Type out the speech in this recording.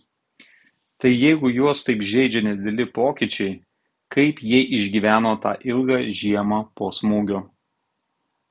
tai jeigu juos taip žeidžia nedideli pokyčiai kaip jie išgyveno tą ilgą žiemą po smūgio